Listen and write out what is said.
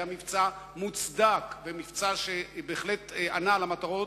מבצע מוצדק ומבצע שבהחלט ענה על המטרות,